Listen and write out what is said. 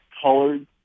colored